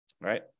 right